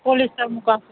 polyester ꯃꯨꯀꯥ ꯁꯨꯠ